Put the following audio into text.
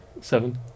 Seven